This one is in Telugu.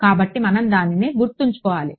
కాబట్టి మనం దానిని గుర్తుంచుకోవాలి